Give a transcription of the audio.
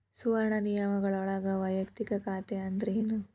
ಸುವರ್ಣ ನಿಯಮಗಳೊಳಗ ವಯಕ್ತಿಕ ಖಾತೆ ಅಂದ್ರೇನ